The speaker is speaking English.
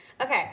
Okay